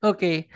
Okay